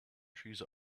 trees